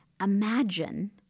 Imagine